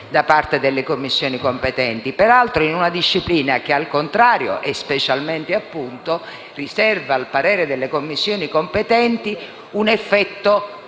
da parte delle Commissioni competenti, peraltro in una disciplina che, al contrario - e specialmente, appunto - riserva al parere delle Commissioni competenti un effetto